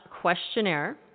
questionnaire